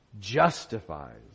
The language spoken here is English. Justifies